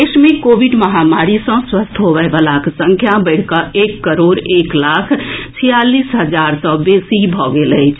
देश मे कोविड महामारी सँ स्वस्थ होबयवलाक संख्या बढ़ि कऽ एक करोड़ एक लाख छियालीस हजार सँ बेसी भऽ गेल अछि